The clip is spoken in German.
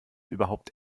überhaupt